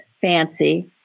fancy